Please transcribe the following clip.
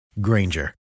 Granger